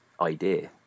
idea